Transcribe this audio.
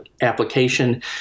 application